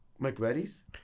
McReady's